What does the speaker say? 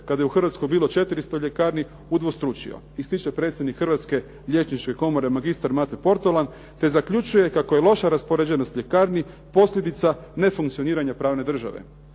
kada je u Hrvatsko bilo 400 ljekarni, udvostručio ističe predsjednik Hrvatske liječničke komore magistar Matre Portolan, te zaključuje kako je loša raspoređenost ljekarni posljedica nefunkcioniranja pravne države.